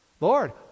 Lord